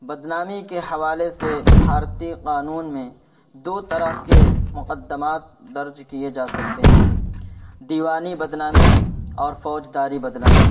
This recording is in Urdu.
بد نامی کے حوالے سے بھارتی قانون میں دو طرح کے مقدمات درج کیے جا سکتے ہیں دیوانی بد نامی اور فوج داری بد نامی